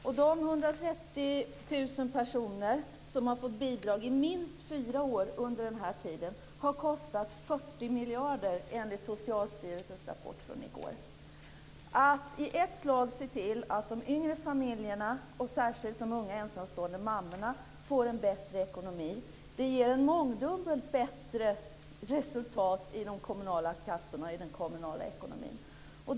De 130 000 personer som har fått bidrag i minst fyra år under den här tiden har kostat 40 miljarder, enligt Att i ett slag se till att de yngre familjerna, och särskilt de unga ensamstående mammorna, får en bättre ekonomi ger ett mångdubbelt bättre resultat i de kommunala kassorna, i den kommunala ekonomin.